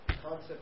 concept